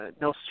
no